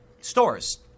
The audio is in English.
stores